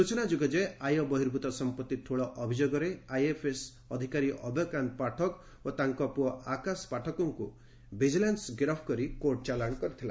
ସୂଚନା ଯୋଗ୍ୟ ଯେ ଆୟ ବହିର୍ଭୂତ ସମ୍ମଉି ଠୁଳ ଅଭିଯୋଗରେ ଆଇଏଫ୍ଏସ୍ ଅଭୟକାନ୍ତ ପାଠକ ଓ ତାଙ୍କ ପୁଅ ଆକାଶ ପାଠକଙ୍ଙୁ ଭିଜିଲାନ୍ସ ଗିରଫ୍ କରି କୋର୍ଟ ଚାଲାଣ କରିଥିଲା